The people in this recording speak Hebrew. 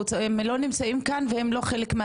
תסבירי לי,